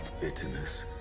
bitterness